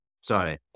Sorry